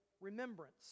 remembrance